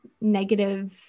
negative